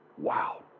Wow